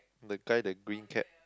the guy the green cap